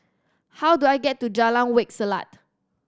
how do I get to Jalan Wak Selat